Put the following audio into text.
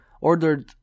ordered